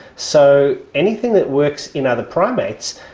so anything that works in other primates,